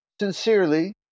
sincerely